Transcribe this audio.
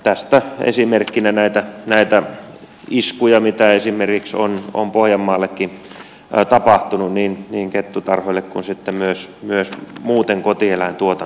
tästä esimerkkeinä nämä iskut joita on esimerkiksi pohjanmaallakin tapahtunut niin kettutarhoille kuin sitten myös muuten kotieläintuotantoon